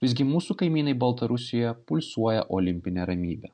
visgi mūsų kaimynai baltarusijoje pulsuoja olimpine ramybe